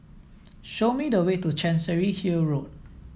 show me the way to Chancery Hill Road